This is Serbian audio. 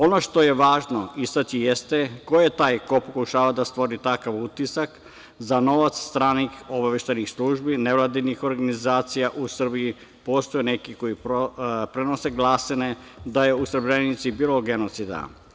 Ono što je važno istaći jeste ko je taj ko pokušava da stvori takav utisak za novac stranih obaveštajnih službi, nevladinih organizacija u Srbiji postoje neki koji prenose glasine da je u Srberenici bilo genocida.